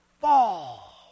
fall